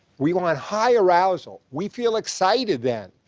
we want high arousal. we feel excited then.